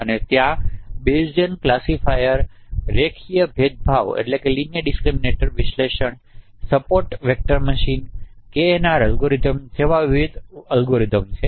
અને ત્યાં Bayesian classifier રેખીય ભેદભાવ વિશ્લેષણ support vectors machine KNR algorithms જેવા વિવિધ અલ્ગોરિધમ્સ છે